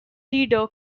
leader